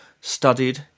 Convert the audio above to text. studied